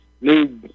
new